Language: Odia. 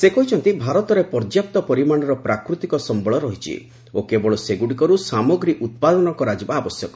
ସେ କହିଛନ୍ତି ଭାରତରେ ପର୍ଯ୍ୟାପ୍ତ ପରିମାଣର ପ୍ରାକୃତିକ ସମ୍ଘଳ ରହିଛି ଓ କେବଳ ସେଗୁଡ଼ିକରୁ ସାମଗ୍ରୀ ଉତ୍ପାଦନ କରାଯିବା ଆବଶ୍ୟକ